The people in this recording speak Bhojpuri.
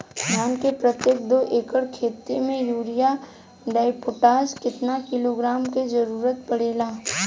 धान के प्रत्येक दो एकड़ खेत मे यूरिया डाईपोटाष कितना किलोग्राम क जरूरत पड़ेला?